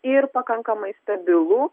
ir pakankamai stabilų